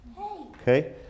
okay